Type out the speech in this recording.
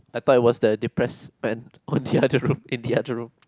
I thought it was the depressed man on the other room in the other room